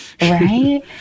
Right